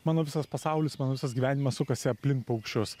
mano visas pasaulis mano visas gyvenimas sukasi aplink paukščius